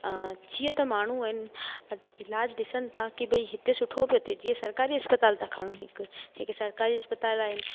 जीअं त माण्हू आहिनि इलाज ॾिसनि था की भई हिते सुठो पियो थिए जीअं सरकारी अस्पताल तां खणूं हिकु हिकु सरकारी अस्पताल आहे